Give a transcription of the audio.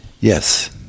yes